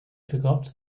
forgot